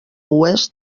oest